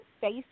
Face